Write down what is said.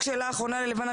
לבנה,